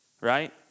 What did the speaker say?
right